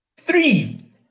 three